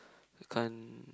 can't